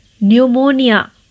Pneumonia